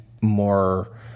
more